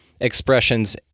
expressions